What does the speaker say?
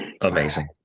Amazing